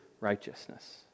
righteousness